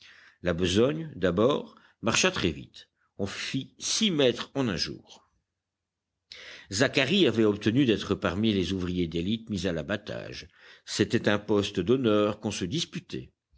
la besogne d'abord marcha très vite on fit six mètres en un jour zacharie avait obtenu d'être parmi les ouvriers d'élite mis à l'abattage c'était un poste d'honneur qu'on se disputait